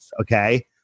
okay